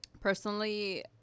personally